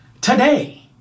today